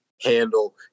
handle